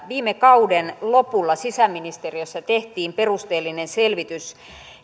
viime kauden lopulla sisäministeriössä tehtiin perusteellinen selvitys